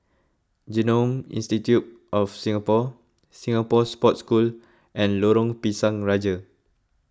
Genome Institute of Singapore Singapore Sports School and Lorong Pisang Raja